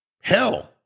Hell